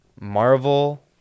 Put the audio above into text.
Marvel